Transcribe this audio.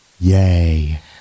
Yay